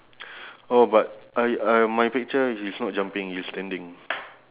my chicken area don't have the sign board any sign board